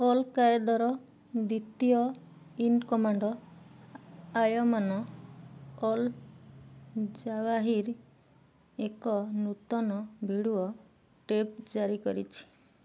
all କାଏଦାର ଦ୍ୱିତୀୟ in commander Ayman al Zawahiri ଏକ ନୂତନ ଭିଡ଼ିଓ ଟେପ୍ ଜାରି କରିଛି